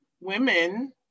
women